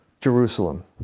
Jerusalem